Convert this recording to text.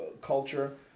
culture